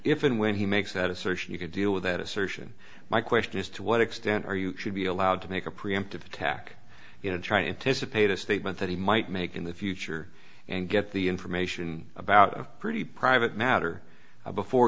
if and when he makes that assertion you could deal with that assertion my question is to what extent are you should be allowed to make a preemptive attack you know trying to subpoena a statement that he might make in the future and get the information about a pretty private matter before